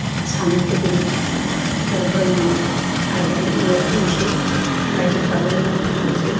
सानो गोदोनि बर' बोरायनि नेमाव आरोहाय न'आव फैनोसै रायजोफ्राबो न' न' थांनोसै